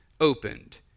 opened